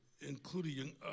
including